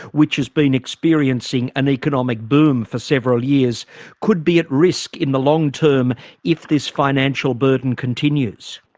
which has been experiencing an economic boom for several years could be at risk in the long term if this financial burden continues.